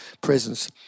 presence